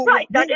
Right